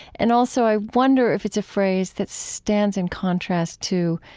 and also i wonder if it's a phrase that stands in contrast to